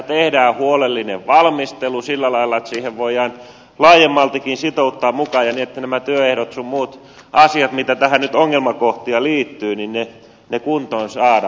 tehdään huolellinen valmistelu sillä lailla että siihen voidaan laajemmaltikin sitouttaa mukaan ja niin että nämä työehdot sun muut asiat mitä tähän nyt ongelmakohtia liittyy kuntoon saadaan